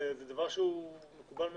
זה דבר שהוא מקובל מאוד.